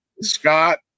Scott